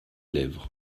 lèvres